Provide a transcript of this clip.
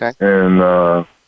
Okay